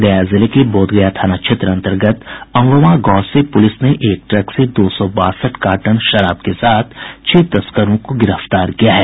गया जिले के बोधगया थाना क्षेत्र अंतर्गत अमवां गांव से पुलिस ने एक ट्रक से दो सौ बासठ कार्टन शराब के साथ छह तस्करों को गिरफ्तार किया है